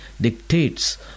dictates